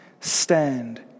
stand